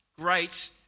great